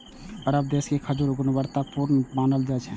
अरब देश के खजूर कें गुणवत्ता पूर्ण मानल जाइ छै